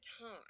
time